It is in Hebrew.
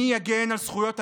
מי יגן על זכויות אדם?